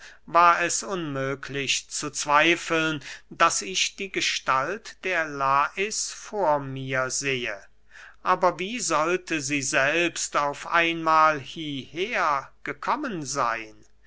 war es unmöglich zu zweifeln daß ich die gestalt der lais vor mir sehe aber wie sollte sie selbst auf einmahl hierher gekommen seyn